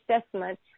assessment